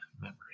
memory